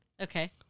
Okay